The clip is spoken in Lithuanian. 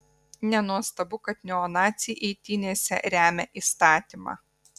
nenuostabu kad neonaciai eitynėse remia įstatymą